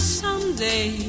someday